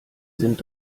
sind